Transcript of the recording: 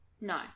No